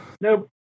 Nope